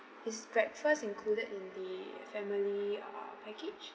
is breakfast included in the family uh package